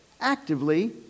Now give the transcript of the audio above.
actively